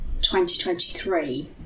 2023